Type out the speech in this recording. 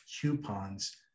coupons